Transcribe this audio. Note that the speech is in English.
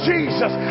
Jesus